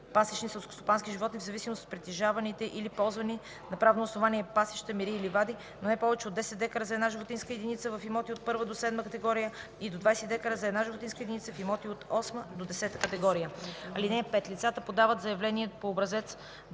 пасищни селскостопански животни, в зависимост от притежаваните или ползвани на правно основание пасища, мери и ливади, но не повече от 10 дка за 1 животинска единица в имоти от първа до седма категория и до 20 дка за 1 животинска единица в имоти от осма до десета категория. (5) Лицата подават заявление по образец